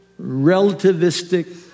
relativistic